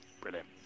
Brilliant